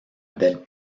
del